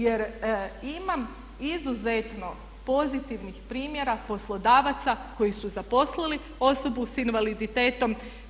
Jer imam izuzetno pozitivnih primjera poslodavaca koji su zaposlili osobu s invaliditetom.